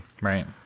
Right